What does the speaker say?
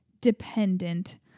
dependent